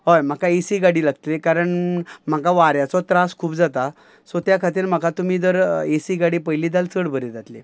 हय म्हाका A C गाडी लागतली कारण म्हाका वाऱ्याचो त्रास खूब जाता सो त्या खातीर म्हाका तुमी जर ए सी गाडी पयली जाल्या चड बरी जातली